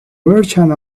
merchant